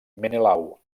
menelau